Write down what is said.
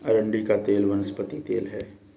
अरंडी का तेल वनस्पति तेल है